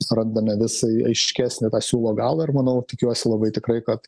surandame visai aiškesnį tą siūlo galą ir manau tikiuosi labai tikrai kad